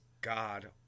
God